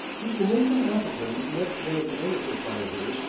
mr. nathan appleton met one of the other proprietors,